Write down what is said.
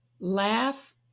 laugh